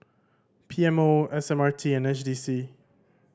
P M O S M R T and S D C